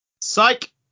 Psych